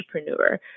entrepreneur